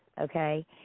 okay